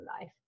life